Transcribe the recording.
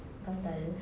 gatal